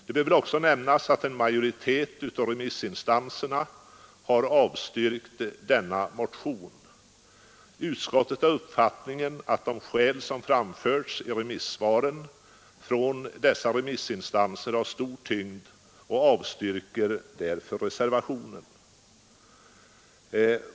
Det bör väl också nämnas att en majoritet av remissinstanserna har avstyrkt denna motion. Utskottet har den uppfattningen att de skäl som framförts i svaren från dessa remissinstanser har stor tyngd, och utskottet avstyrker därför reservationen.